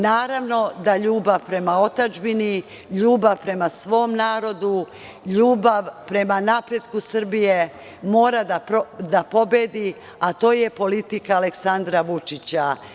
Naravno da ljubav prema otadžbini, ljubav prema svom narodu, ljubav prema napretku Srbije mora da pobedi, a to je politika Aleksandra Vučića.